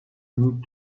need